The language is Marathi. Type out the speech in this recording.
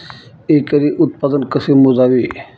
एकरी उत्पादन कसे मोजावे?